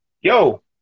yo